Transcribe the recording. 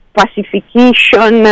pacification